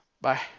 Bye